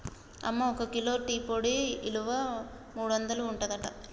అమ్మ ఒక kilo tea పొడి ఇలువ మూడొందలు ఉంటదట